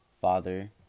father